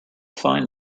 fine